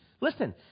listen